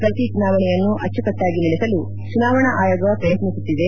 ಪ್ರತಿ ಚುನಾವಣೆಯನ್ನು ಅಚ್ಚುಕಟ್ಟಾಗಿ ನಡೆಸಲು ಚುನಾವಣಾ ಆಯೋಗ ಪ್ರಯತ್ನಿಸುತ್ತಿದೆ